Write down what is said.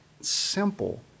simple